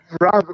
Rob